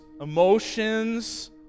emotions